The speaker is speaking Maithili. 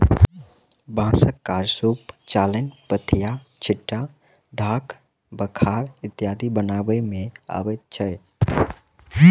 बाँसक काज सूप, चालैन, पथिया, छिट्टा, ढाक, बखार इत्यादि बनबय मे अबैत अछि